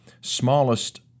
smallest